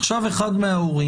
עכשיו אחד מההורים,